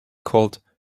called